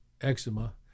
eczema